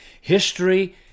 history